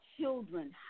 children